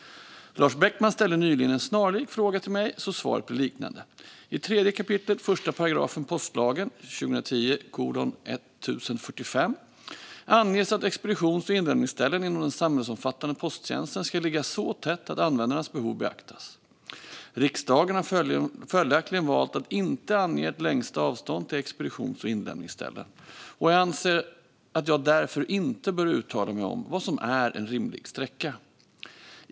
Lars Beckman ställde nyligen en snarlik fråga till mig så svaret blir liknande. I 3 kap. 1 § postlagen anges att expeditions och inlämningsställen inom den samhällsomfattande posttjänsten ska ligga så tätt att användarnas behov beaktas. Riksdagen har följaktligen valt att inte ange ett längsta avstånd till expeditions och inlämningsställen, och jag anser att jag därför inte bör uttala mig om vad som är en rimlig sträcka.